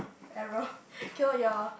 error cannot ya